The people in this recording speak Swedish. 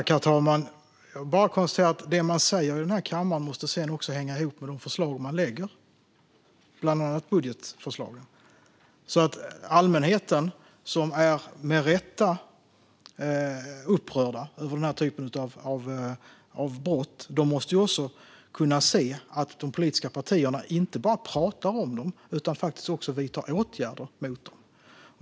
Herr talman! Det man säger i denna kammare måste sedan hänga ihop med de förslag man lägger fram, bland annat budgetförslag. Allmänheten, som med rätta är upprörd över dessa brott, måste också kunna se att de politiska partierna inte bara talar om dem utan också vidtar åtgärder mot dem.